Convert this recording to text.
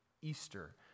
Easter